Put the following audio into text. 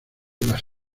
las